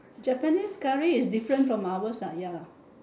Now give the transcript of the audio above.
japanese curry is different from ours lah ya lah